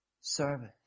service